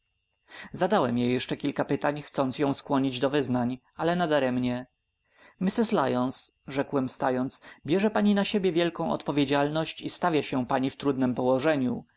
zadałem jej jeszcze kilka pytań chcąc ją skłonić do wyznań ale nadaremnie mrs lyons rzekłem wstając bierze pani na siebie wielką odpowiedzialność i stawia się pani w trudnem położeniu